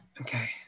Okay